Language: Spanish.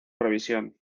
revisión